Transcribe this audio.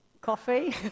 coffee